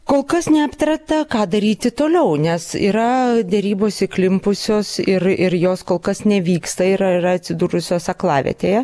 kol kas neaptarta ką daryti toliau nes yra derybos įklimpusios ir ir jos kol kas nevyksta ir yra atsidūrusios aklavietėje